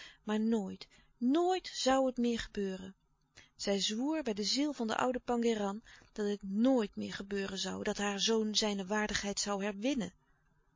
maar nooit nooit zoû het meer gebeuren zij zwoer louis couperus de stille kracht bij de ziel van den ouden pangéran dat het nooit meer gebeuren zoû dat haar zoon zijne waardigheid zoû herwinnen